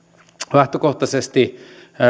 lähtökohtaisesti